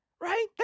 Right